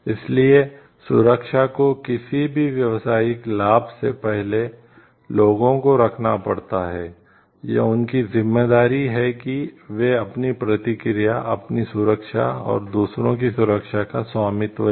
इसलिए सुरक्षा को किसी भी व्यावसायिक लाभ से पहले लोगों को रखना पड़ता है यह उनकी ज़िम्मेदारी है कि वे अपनी प्रतिक्रिया अपनी सुरक्षा और दूसरों की सुरक्षा का स्वामित्व लें